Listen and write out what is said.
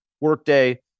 Workday